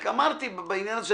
רק אמרתי בעניין הזה,